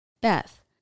Beth